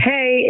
Hey